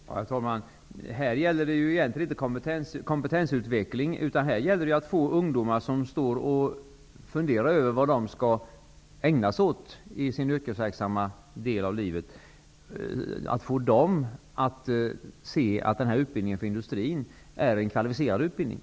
Herr talman! Här gäller det egentligen inte kompetensutveckling utan att få ungdomar, som funderar över vad de skall ägna sig åt under den yrkesverksamma delen av sitt liv, att förstå att denna utbildning för industrin är en kvalificerad utbildning.